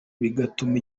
bigatuma